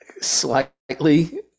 slightly